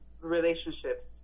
relationships